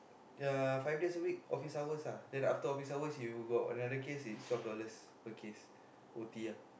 ya five days a week office hours ah then after office hours you got another case is twelve dollars per case O_T ah